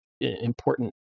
Important